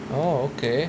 oh okay